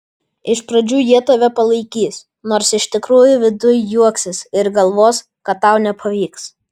iš pradžių jie tave palaikys nors iš tikrųjų viduj juoksis ir galvos kad tau nepavyks